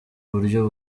buryo